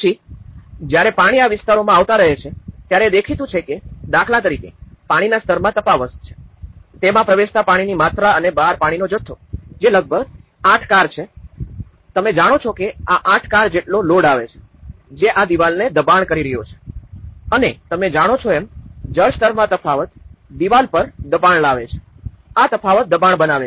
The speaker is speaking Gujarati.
પછી જ્યારે પાણી આ વિસ્તારોમાં આવતા રહે છે ત્યારે એ દેખીતું છે કે દાખલા તરીકે પાણીના સ્તરમાં તફાવત છે તેમાં પ્રવેશતા પાણીની માત્રા અને બહાર પાણીનો જથ્થો જે લગભગ ૮ કાર છે તમે જાણો છો કે આ ૮ કાર જેટલો લોડ આવે છે જે આ દિવાલને દબાણ કરી રહ્યો છે અને તમે જાણો છો એમ જળ સ્તરમાં તફાવત દિવાલ પર દબાણ બનાવે છે આ તફાવત દબાણ બનાવે છે